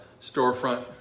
storefront